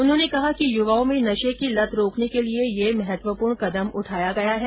उन्होंने कहा कि युवाओं में नशे की लत र्राकने के लिए यह महत्वपूर्ण कदम उठाया गया है